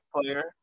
player